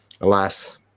alas